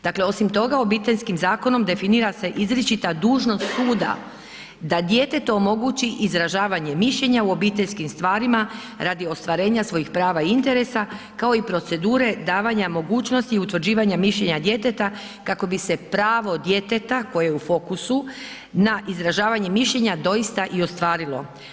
Dakle osim toga, Obiteljskim zakonom definira se izričita dužnost suda da djetetu omogući izražavanje mišljenja u obiteljskim stvarima radi ostvarenja svojih prava i interesa kao i procedure davanja mogućnosti i utvrđivanja mišljenja djeteta kako bi se pravo djeteta koje je u fokusu na izražavanje mišljenja, doista i ostvarilo.